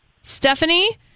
Stephanie